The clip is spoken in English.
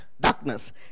darkness